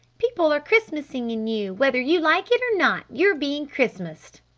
people are christmasing in you! whether you like it or not you're being christmased!